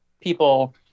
people